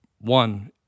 one